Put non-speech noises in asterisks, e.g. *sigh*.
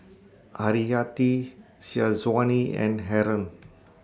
Haryati Syazwani and Haron *noise*